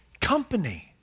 company